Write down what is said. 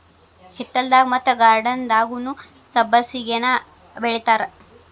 ಹಿತ್ತಲದಾಗ ಮತ್ತ ಗಾರ್ಡನ್ದಾಗುನೂ ಸಬ್ಬಸಿಗೆನಾ ಬೆಳಿತಾರ